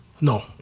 no